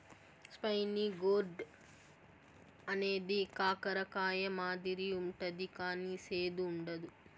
spiny gourd అనేది కాకర కాయ మాదిరి ఉంటది కానీ సేదు ఉండదు